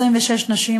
26 נשים